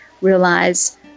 realize